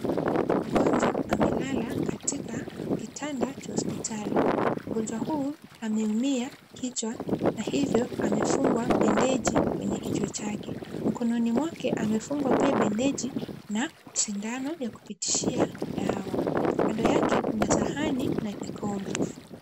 Mgonjwa amelala katika kitanda cha hospitali. Mgonjwa huu ameumia kichwa na hivyo amefungwa bendeji kwenye kichwa chake. Mkononi mwake amefungwa pia bendeji na sindano ya kupitishia dawa. Kando yake kuna sahani na kikombe.